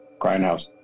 Grindhouse